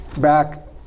back